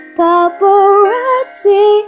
paparazzi